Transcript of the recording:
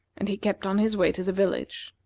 and he kept on his way to the village.